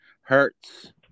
Hertz